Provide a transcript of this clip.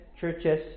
churches